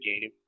game